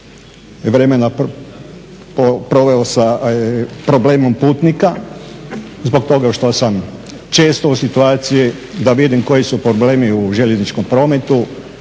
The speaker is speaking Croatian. vremena proveo sa problemom putnika, zbog toga što sam često u situaciji da vidim koji su problemi u željezničkom prometu,